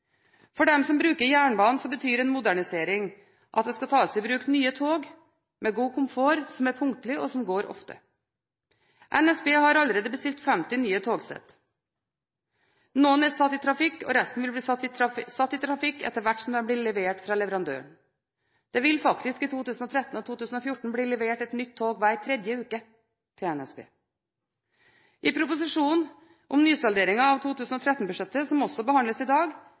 For dem som bruker jernbanen, betyr en modernisering at det skal tas i bruk nye tog med god komfort, som er punktlige og som går ofte. NSB har allerede bestilt 50 nye togsett. Noen er satt i trafikk, og resten vil bli satt i trafikk etter hvert som de blir levert fra leverandøren. Det vil faktisk i 2013 og 2014 bli levert et tog hver tredje uke til NSB. I proposisjonen om nysalderingen av 2013-budsjettet, som også behandles i dag,